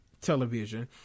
television